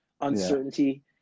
uncertainty